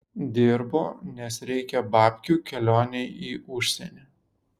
dirbu nes reikia babkių kelionei į užsienį